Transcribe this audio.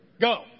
Go